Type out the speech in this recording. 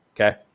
Okay